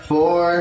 Four